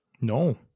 No